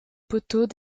poteaux